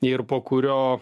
ir po kurio